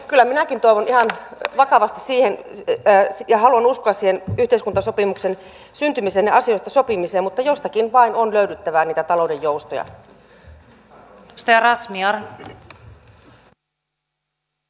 kyllä minäkin toivon ihan vakavasti ja haluan uskoa yhteiskuntasopimuksen syntymiseen ja asioista sopimiseen mutta jostakin vain on löydyttävä niitä talouden joustoja